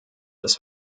das